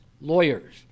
lawyers